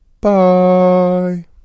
bye